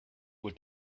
with